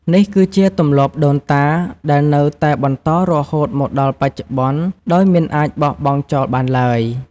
នេះគឺជាទម្លាប់ដូនតា ដែលនៅតែបន្តរហូតមកដល់បច្ចុប្បន្ន ដោយមិនអាចបោះបង់ចោលបានឡើយ។